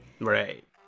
right